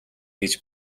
гэж